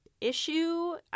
issue